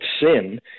sin